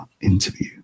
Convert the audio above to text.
interview